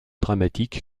dramatique